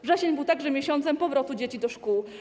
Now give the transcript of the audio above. Wrzesień był także miesiącem powrotu dzieci do szkół.